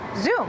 Zoom